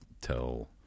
tell